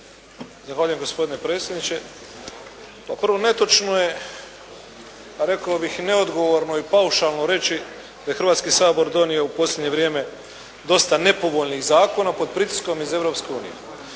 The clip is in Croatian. Zahvaljujem gospodine predsjedniče. Kao prvo netočno je, rekao bih neodgovorno i paušalno reći da je Hrvatski sabor donio u posljednje vrijeme dosta nepovoljnih zakona pod pritiskom iz